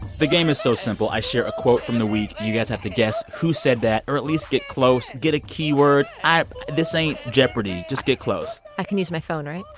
the game is so simple. i share a quote from the week. you guys have to guess who said that, or at least get close. get a keyword. this ain't jeopardy. just get close i can use my phone, right?